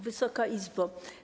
Wysoka Izbo!